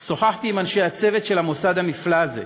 שוחחתי עם אנשי הצוות של המוסד הנפלא הזה,